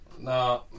No